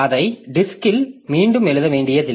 அதை டிஸ்க்ல் மீண்டும் எழுத வேண்டியதில்லை